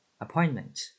Appointment